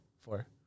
Four